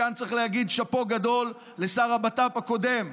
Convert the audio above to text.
כאן צריך להגיד שאפו גדול לשר לביטחון הפנים הקודם,